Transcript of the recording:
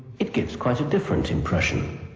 it gives quite a different impression.